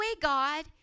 God